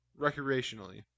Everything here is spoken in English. recreationally